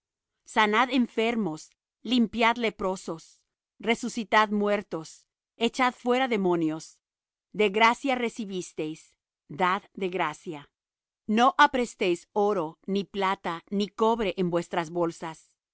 sanad enfermos limpiad leprosos resucitad muertos echad fuera demonios de gracia recibisteis dad de gracia no aprestéis oro ni plata ni cobre en vuestras bolsas